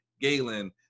Galen